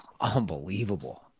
Unbelievable